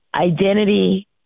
identity